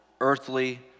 earthly